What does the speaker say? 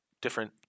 different